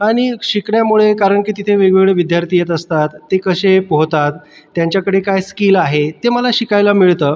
आणि शिकण्यामुळे कारण की तिथे वेगवेगळे विद्यार्थी येत असतात ते कसे पोहतात त्यांच्याकडे काय स्किल आहे ते मला शिकायला मिळतं